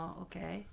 okay